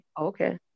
Okay